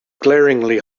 glaringly